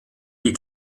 die